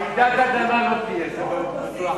רעידת אדמה לא תהיה פה.